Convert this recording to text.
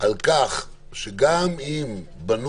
אם בנו